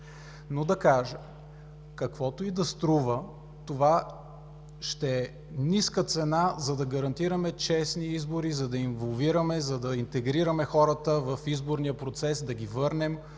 Но да кажа: каквото и да струва, това ще е ниска цена, за да гарантираме честни избори, за да инволвираме, за да интегрираме хората в изборния процес, да върнем